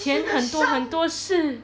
前很多很多世